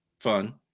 fun